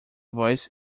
voz